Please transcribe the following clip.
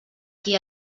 qui